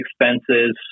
expenses